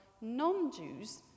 non-Jews